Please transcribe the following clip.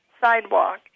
sidewalk